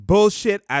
Bullshit